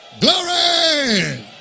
Glory